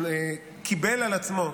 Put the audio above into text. שקיבל על עצמו,